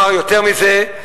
אומר יותר מזה: